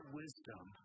wisdom